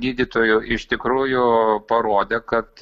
gydytoju iš tikrųjų parodė kad